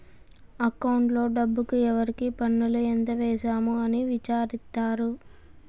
అకౌంట్లో డబ్బుకు ఎవరికి పన్నులు ఎంత వేసాము అని విచారిత్తారు